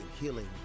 healing